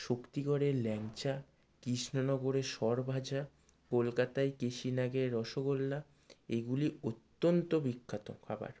শক্তিগড়ের ল্যাংচা কৃষ্ণনগরের সরভাজা কলকাতায় কে সি নাগের রসগোল্লা এইগুলি অত্যন্ত বিখ্যাত খাবার